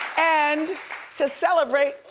and to celebrate,